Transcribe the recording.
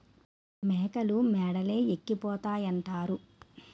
మేకలు మేడలే ఎక్కిపోతాయంతారు